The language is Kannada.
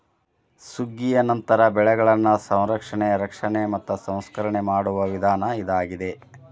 ಸುಗ್ಗಿಯ ನಂತರ ಬೆಳೆಗಳನ್ನಾ ಸಂರಕ್ಷಣೆ, ರಕ್ಷಣೆ ಮತ್ತ ಸಂಸ್ಕರಣೆ ಮಾಡುವ ವಿಧಾನ ಇದಾಗಿದೆ